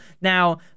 Now